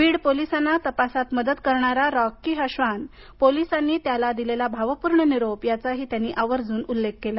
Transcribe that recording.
बीड पोलिसांना तपासात मदत करणारा रॉकी हा श्वान पोलिसांनी त्याला दिलेला भावपूर्ण निरोप याचा त्यांनी आवर्जून उल्लेख केला